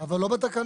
אבל לא בתקנה.